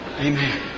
Amen